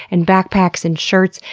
and backpacks, and shirts,